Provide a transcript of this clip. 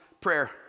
Prayer